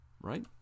Right